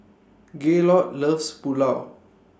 Gaylord loves Pulao